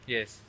Yes